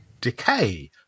decay